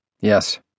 Yes